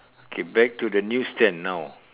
okay back to the news stand now